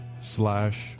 slash